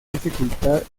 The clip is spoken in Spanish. dificultad